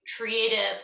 creative